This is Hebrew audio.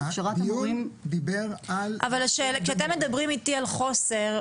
אבל כשאתם מדברים איתי על חוסר,